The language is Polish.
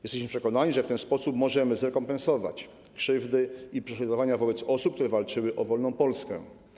Jesteśmy przekonani, że w ten sposób możemy zrekompensować krzywdy i prześladowania wobec osób, które walczyły o wolną Polskę.